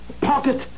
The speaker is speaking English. Pocket